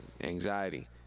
anxiety